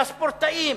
של הספורטאים.